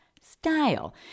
style